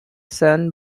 san